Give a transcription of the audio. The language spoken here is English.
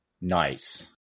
Nice